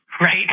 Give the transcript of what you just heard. right